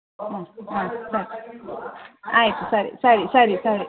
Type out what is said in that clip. ಹ್ಞೂ ಹ್ಞೂ ಹ್ಞೂ ಆಯ್ತು ಆಯ್ತು ಆಯ್ತು ಸರಿ ಸರಿ ಸರಿ ಸರಿ